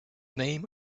name